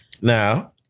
Now